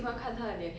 可能